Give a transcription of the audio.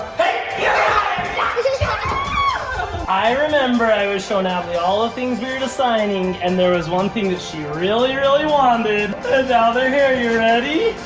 yeah i remember i was showing adley all the things we were designing and there was on thing that she really really wanted and now they're here. you ready?